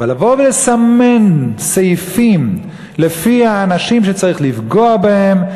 אבל לבוא ולסמן סעיפים לפי האנשים שצריך לפגוע בהם,